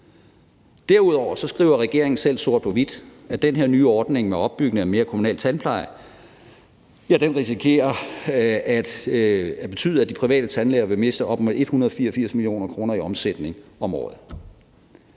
Derudover skriver regeringen selv sort på hvidt, at den her nye ordning med udbygning af den kommunale tandpleje risikerer at betyde, at de private tandlæger vil miste op mod 184 mio. kr. i omsætning om året.